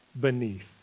beneath